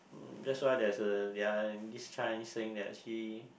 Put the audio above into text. uh that's why there's a saying that he